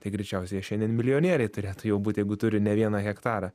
tai greičiausiai šiandien milijonieriai turėtų jau būt jeigu turi ne vieną hektarą